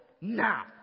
now